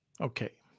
okay